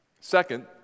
Second